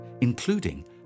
including